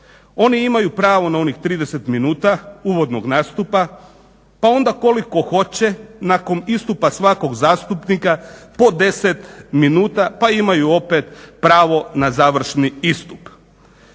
oni imaju pravo na onih 30 minuta uvodnog nastupa pa onda koliko hoće nakon istupa svakog zastupnika po 10 minuta pa imaju opet pravo na završni istup.